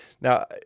Now